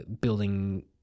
building